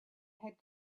had